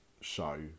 show